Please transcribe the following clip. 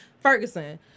Ferguson